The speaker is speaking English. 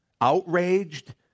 outraged